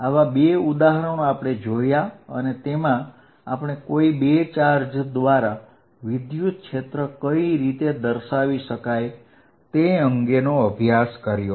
આવા બે ઉદાહરણો આપણે જોયા અને તેમાં આપણે કોઈ બે ચાર્જ દ્વારા વિદ્યુત ક્ષેત્ર કઈ રીતે દર્શાવી શકાય તે અંગેનો અભ્યાસ કર્યો